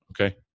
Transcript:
okay